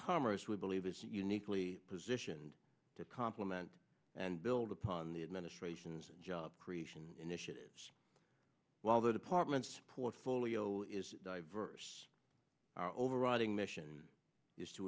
commerce we believe is uniquely positioned to compliment and build upon the administration's job creation initiatives while the department's portfolio is diverse our overriding mission is to